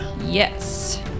Yes